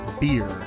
beer